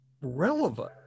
relevant